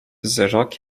wzrok